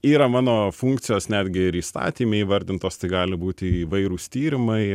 yra mano funkcijos netgi ir įstatyme įvardintos tai gali būti įvairūs tyrimai